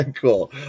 cool